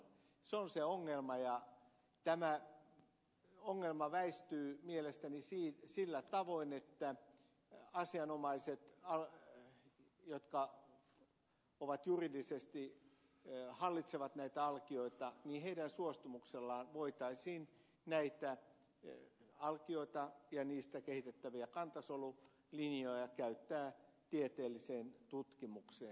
se on se ongelma ja tämä ongelma väistyy mielestäni sillä tavoin että asianomaisten jotka juridisesti hallitsevat näitä alkioita suostumuksella voitaisiin näitä alkioita ja niistä kehitettäviä kantasolulinjoja käyttää tieteelliseen tutkimukseen